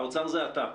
האוצר זה אתה.